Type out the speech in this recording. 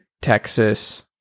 Texas